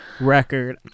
record